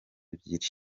ebyiri